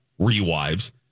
Rewives